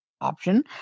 option